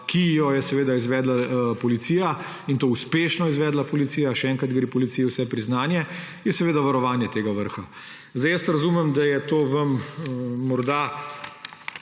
ki jih je seveda izvedla policija, in to uspešno izvedla policija, še enkrat gre policiji vse priznanje, je seveda varovanje tega vrha. Razumem, da je to vam morda